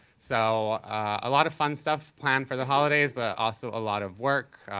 so, a lot of fun stuff planned for the holidays but also a lot of work.